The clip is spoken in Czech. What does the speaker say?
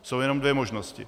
Jsou jenom dvě možnosti.